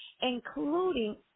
including